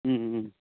ꯎꯝ